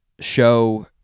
show